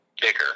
bigger